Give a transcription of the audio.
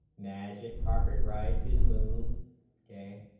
magic carpet ride to the move a a